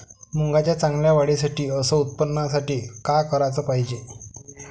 मुंगाच्या चांगल्या वाढीसाठी अस उत्पन्नासाठी का कराच पायजे?